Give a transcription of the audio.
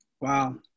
Wow